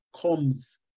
comes